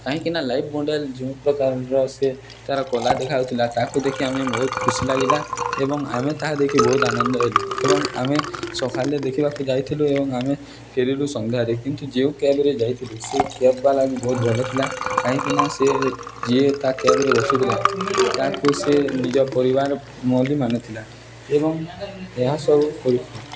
କାହିଁକିନା live model ଯେଉଁ ପ୍ରକାରର ସେ ତାର କଳା ଦେଖାଉଥିଲା ତାକୁ ଦେଖି ଆମେ ବହୁତ ଖୁସି ଲାଗିଲା ଏବଂ ଆମେ ତାହା ଦେଖି ବହୁତ ଆନନ୍ଦ ହେଲୁ ଏବଂ ଆମେ ସକାଳେ ଦେଖିବାକୁ ଯାଇଥିଲୁ ଏବଂ ଆମେ ଫେରିଲୁ ସନ୍ଧ୍ୟାରେ କିନ୍ତୁ ଯେଉଁ କ୍ୟାବ୍ରେ ଯାଇଥିଲୁ ସେ କ୍ୟାବ୍ବାଲା ବହୁତ ଭଲ ଥିଲା କାହିଁକିନା ସେ ଯିଏ ତା' କ୍ୟାବ୍ରେ ବସୁଥିଲା ତାକୁ ସିଏ ନିଜ ପରିବାର ଭଲି ମାନୁଥିଲା ଏବଂ ଏହାସବୁ